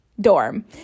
dorm